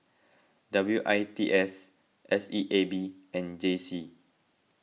W I T S S E A B and J C